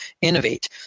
innovate